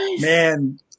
man